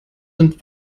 sind